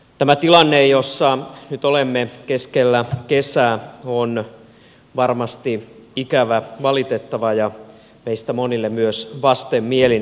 tämä tilanne jossa nyt olemme keskellä kesää on varmasti ikävä valitettava ja meistä monille vastenmielinenkin